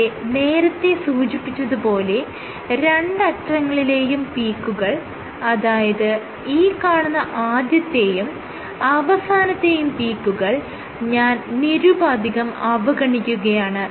ഇവിടെ നേരത്തെ സൂചിപ്പിച്ചത് പോലെ രണ്ടറ്റങ്ങളിലേയും പീക്കുകൾ അതായത് ഈ കാണുന്ന ആദ്യത്തെയും അവസാനത്തെയും പീക്കുകൾ ഞാൻ നിരുപാധികം അവഗണിക്കുകയാണ്